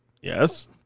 Yes